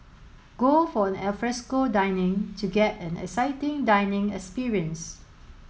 go for an alfresco dining to get an exciting dining experience